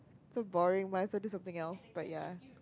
so boring might as well do something else but ya